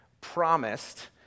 promised